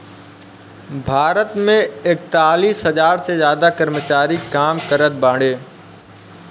भारत मे एकतालीस हज़ार से ज्यादा कर्मचारी काम करत बाड़े